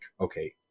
okay